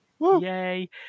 Yay